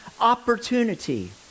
opportunity